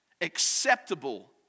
acceptable